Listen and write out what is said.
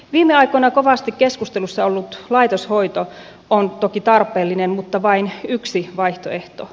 viime aikoina kovasti keskustelussa ollut laitoshoito on toki tarpeellinen mutta vain yksi vaihtoehto